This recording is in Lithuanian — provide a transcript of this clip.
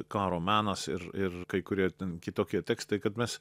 karo menas ir ir kai kurie ten kitokie tekstai kad mes